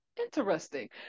interesting